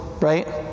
right